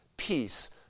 Peace